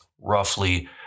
roughly